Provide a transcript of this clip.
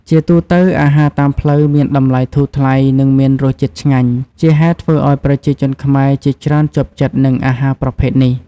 ជាទូទៅ អាហារតាមផ្លូវមានតម្លៃធូរថ្លៃ និងមានរសជាតិឆ្ងាញ់ ជាហេតុធ្វើឲ្យប្រជាជនខ្មែរជាច្រើនជាប់ចិត្តនឹងអាហារប្រភេទនេះ។